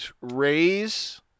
raise